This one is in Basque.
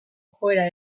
joera